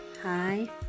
hi